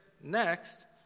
next